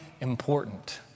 important